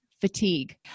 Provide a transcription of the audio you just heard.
fatigue